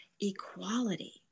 equality